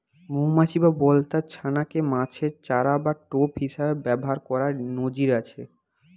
মউমাছি বা বলতার ছানা কে মাছের চারা বা টোপ হিসাবে ব্যাভার কোরার নজির আছে